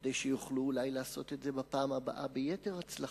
כדי שיוכלו אולי לעשות את זה בפעם הבאה ביתר הצלחה.